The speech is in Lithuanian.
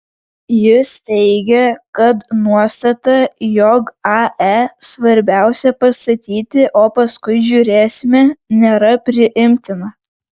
jis teigė kad nuostata jog ae svarbiausia pastatyti o paskui žiūrėsime nėra priimtina